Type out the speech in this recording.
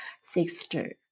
sister